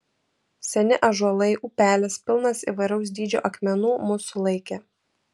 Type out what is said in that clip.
seni ąžuolai upelis pilnas įvairaus dydžio akmenų mus sulaikė